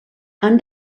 han